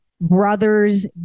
Brothers